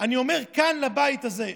אני אומר כאן לבית הזה,